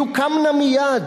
יוקם נא מייד,